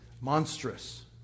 monstrous